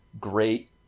great